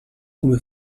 come